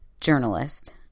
journalist